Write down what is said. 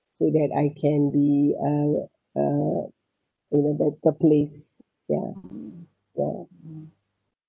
so that I can be uh uh you know the the place ya ya